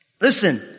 Listen